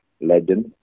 legend